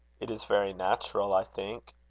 it is very natural, i think,